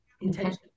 Intention